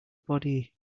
body